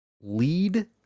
Lead